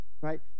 right